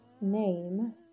name